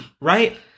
right